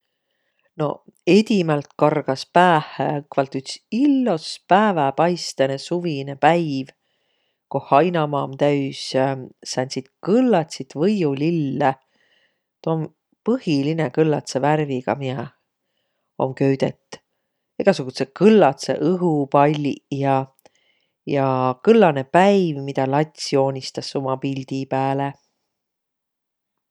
No edimält kargas päähä õkvalt üts illos pääväpaistõnõ suvinõ päiv, koh hainamaa om täüs sääntsit kõllatsit võiulille. Tuu om põhilinõ kõlladsõ värviga, miä om köüdet. Egäsugudsõq kõlladsõq õhupalliq ja, ja kõllanõ päiv, midä lats joonistas uma pildi pääle.